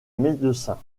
médecins